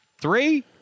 Three